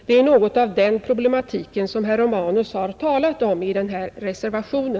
Det är något av den problematiken som herr Romanus har talat om i denna reservation.